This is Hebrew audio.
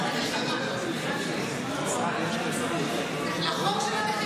של חבר הכנסת יצחק פינדרוס וקבוצת חברי